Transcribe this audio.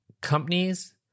Companies